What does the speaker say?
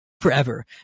forever